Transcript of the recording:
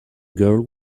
girl